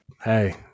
Hey